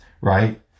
right